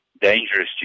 dangerous